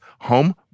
home